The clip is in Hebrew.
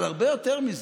אבל הרבה יותר מזה,